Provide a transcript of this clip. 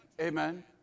Amen